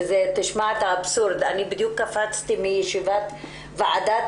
תשמע את האבסורד: בדיוק הגעתי מישיבת ועדת